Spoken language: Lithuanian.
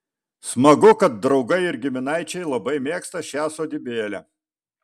smagu kad draugai ir giminaičiai labai mėgsta šią sodybėlę